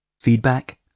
Feedback